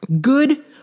Good